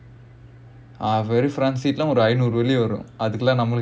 ah very front seat ஒரு ஐநூறு வெள்ளி வரும் அதுக்கெல்லாம் நம்மளுக்கு:oru ainooru velli varum adhukellaam nammalukku